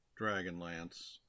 Dragonlance